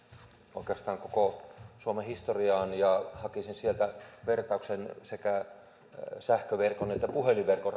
oikeastaan koko suomen historiaan ja hakisin sieltä vertauksen sekä sähköverkon että puhelinverkon